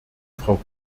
frau